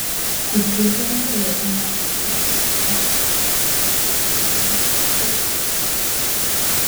iš tiesų antrąją tų metų pusę raf atakų vokietijos sostinėje gerokai sumažėjo